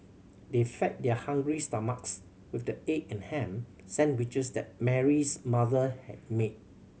they fed their hungry stomachs with the egg and ham sandwiches that Mary's mother had made